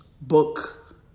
book